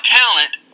talent